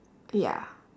ya